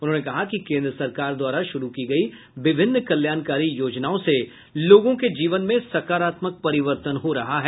उन्होंने कहा कि केन्द्र सरकार द्वारा शुरू की गयी विभिन्न कल्याणकारी योजनाओं से लोगों के जीवन में सकारात्मक परिवर्तन हो रहा है